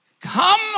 Come